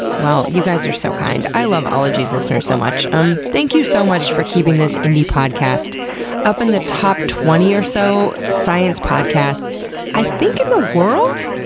well, you guys are so kind. i love ologies listeners so much. um thank you so much for keeping this indie podcast up in the top twenty or so of science podcasts i think in the world?